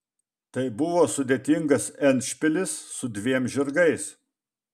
tai buvo sudėtingas endšpilis su dviem žirgais